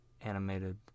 animated